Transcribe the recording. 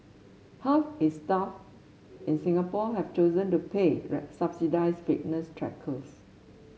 half its staff in Singapore have chosen to pay subsidised fitness trackers